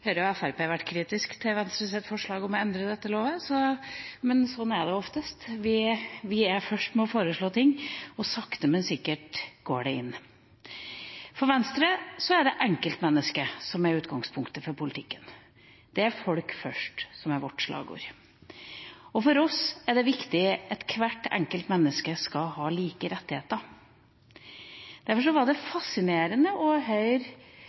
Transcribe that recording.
Høyre og Fremskrittspartiet vært kritiske til Venstres forslag om å endre dette i loven, men sånn er det som oftest: Vi er først med å foreslå ting – og sakte, men sikkert går det inn. For Venstre er det enkeltmennesket som er utgangspunktet for politikken, det er «Folk først» som er vårt slagord. For oss er det viktig at hvert enkelt menneske skal ha like rettigheter. Derfor var det